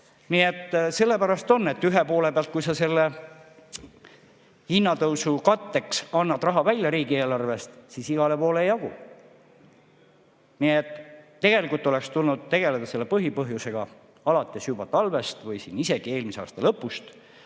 Nii et sellepärast on nii, ühe poole pealt, et kui sa hinnatõusu katteks annad raha riigieelarvest välja, siis igale poole ei jagu. Tegelikult oleks tulnud tegeleda selle põhipõhjusega alates juba talvest või isegi eelmise aasta lõpust.